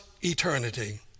eternity